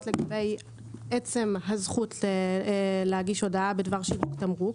לגבי עצם הזכות להגיש הודעה בדבר שיווק תמרוק,